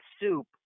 soup